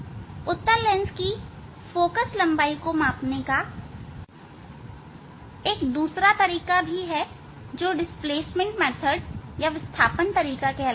उत्तल लेंस की फोकल लंबाई को मापने का एक दूसरा तरीका भी है जो डिस्प्लेसमेंट तरीका कहलाता है